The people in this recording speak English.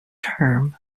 term